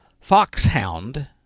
foxhound